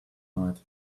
night